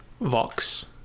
vox